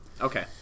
Okay